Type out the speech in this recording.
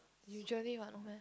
usually what no meh